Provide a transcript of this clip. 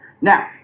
Now